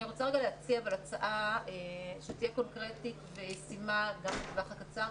אני רוצה להציע הצעה שתהיה קונקרטית וישימה גם לטווח הקצר.